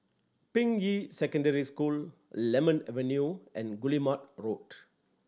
Ping Yi Secondary School Lemon Avenue and Guillemard Road